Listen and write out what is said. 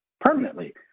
permanently